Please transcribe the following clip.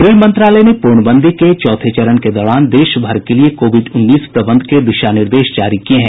गृह मंत्रालय ने पूर्णबंदी के चौथे चरण के दौरान देश भर के लिए कोविड उन्नीस प्रबंध के दिशा निर्देश जारी किये हैं